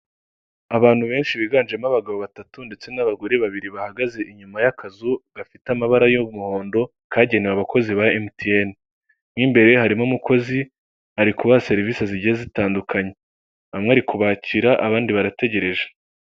Ni isoko ryiza hasi risashe amakaro hejuru hari parafo, mu rwego rwo kwirinda inyanyagira ry'ibicuruzwa bubatse akayetajeri ko mu biti ku buryo usanga buri gicuruzwa gipanze mu mwanya wacyo.